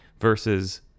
versus